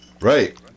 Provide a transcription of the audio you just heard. Right